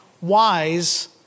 wise